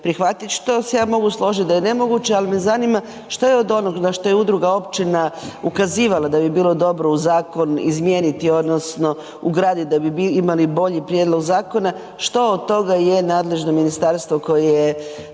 prihvatiti, što se ja mogu složiti da je nemoguće, ali me zanima što je od onog na što je udruga općina ukazivala da bi bilo dobro u zakon izmijeniti odnosno ugraditi da bi imali bolji prijedlog zakona, što od toga je nadležno ministarstvo koje je